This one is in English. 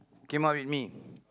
came up with me